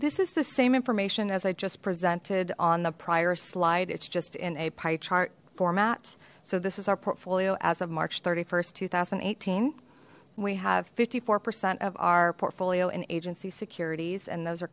this is the same information as i just presented on the prior slide it's just in a pie chart format so this is our portfolio as of march st two thousand and eighteen we have fifty four percent of our portfolio in agency securities and those are